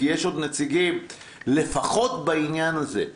כי יש עוד נציגים לפחות בעניין הזה.